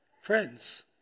Friends